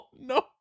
no